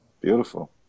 Beautiful